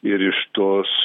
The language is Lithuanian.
ir iš tos